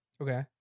okay